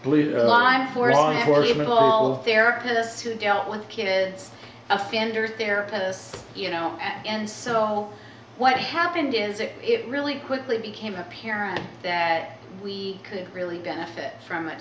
of therapists who have dealt with kids offender therapists you know and so what happened is it it really quickly became apparent that we could really benefit from a